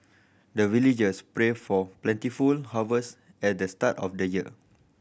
the villagers pray for plentiful harvest at the start of the year